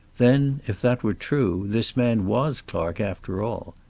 then, if that were true, this man was clark after all.